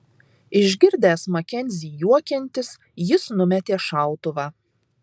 išgirdęs makenzį juokiantis jis numetė šautuvą